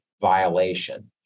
violation